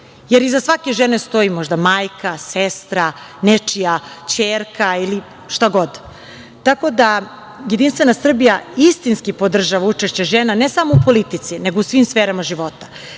jer iza svake žene stoji možda majka, sestra, nečija ćerka ili šta god. Jedinstvena Srbija istinski podržava učešće žena, ne samo u politici nego u svim sferama života. Zakon